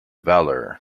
valour